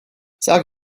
sag